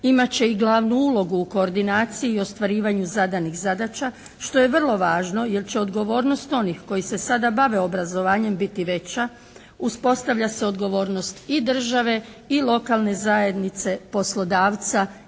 imat će i glavnu ulogu u koordinaciji i ostvarivanju zadanih zadaća što je vrlo važno jer će odgovornost onih koji se sada bave sada obrazovanjem biti veća. Uspostavlja se odgovornost i države i lokalne zajednice, poslodavca i pojedinca.